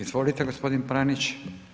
Izvolite gospodin Pranić.